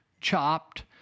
chopped